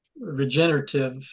regenerative